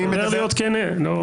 אני ממהר להיות כנה.